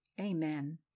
Amen